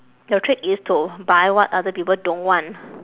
your trick is to buy what other people don't want